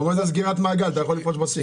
אתה אומר זו סגירת מעגל, אתה יכול לפרוש בשיא.